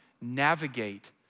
navigate